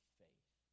faith